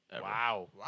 Wow